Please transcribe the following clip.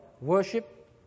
worship